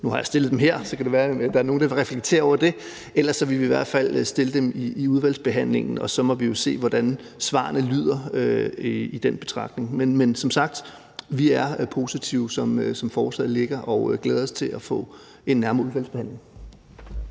nu har jeg stillet dem her, og så kan det være, der er nogen, der vil reflektere over det. Ellers vil vi i hvert fald stille dem i udvalgsbehandlingen, og så må vi jo se, hvordan svarene lyder i den sammenhæng. Men vi er som sagt positive, som forslaget ligger, og glæder os til at få det behandlet